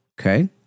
Okay